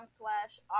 slash